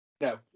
No